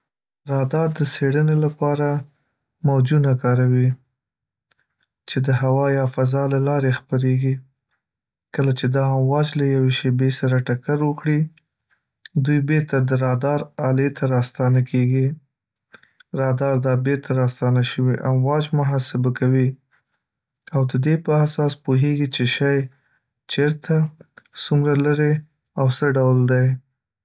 رادار د څېړنې لپاره موجونه کاروي چې د هوا یا فضا له لارې خپریږي. کله چې دا امواج له یوې شیبې سره ټکر وکړي، دوی بېرته د رادار آلې ته راستانه کیږي. رادار دا بېرته راستانه شوې امواج محاسبه کوي او د دې په اساس پوهېږي چې شی چېرته، څومره لېرې او څه ډول دی.